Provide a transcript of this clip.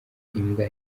imbwa